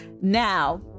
now